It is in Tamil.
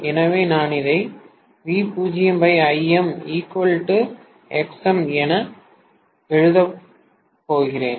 எனவே நான் இதை VoIm Xm என எழுதப் போகிறேன்